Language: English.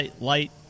light